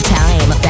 time